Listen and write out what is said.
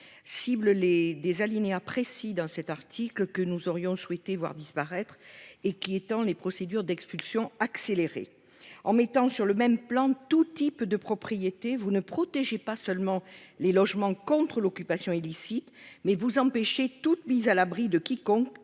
les des alinéas précis dans cet article que nous aurions souhaité voir disparaître et qui étend les procédures d'expulsion accélérée en mettant sur le même plan tout type de propriété vous ne protégeaient pas seulement les logements contre l'occupation illicite mais vous empêcher toute mise à l'abri de quiconque,